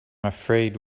afraid